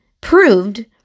Proved